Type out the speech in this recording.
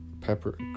pepper